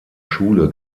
schule